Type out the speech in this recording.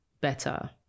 better